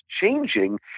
changing